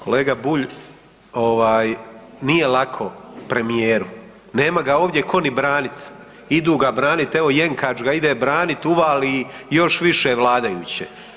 Kolega Bulj, ovaj nije lako premijeru, nema ga ovdje ko ni branit, idu ga branit, evo Jenkač ga ide branit, uvali još više vladajuće.